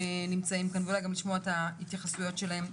שנמצאים כאן ואולי גם לשמוע את ההתייחסויות שלהם.